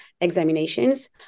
examinations